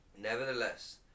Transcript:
Nevertheless